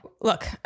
look